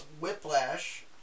Whiplash